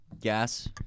gas